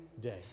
day